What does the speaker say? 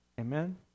Amen